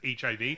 HIV